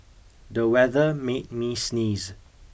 the weather made me sneeze